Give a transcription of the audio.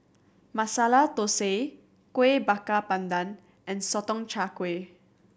Masala Thosai Kuih Bakar Pandan and Sotong Char Kway